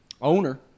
owner